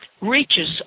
reaches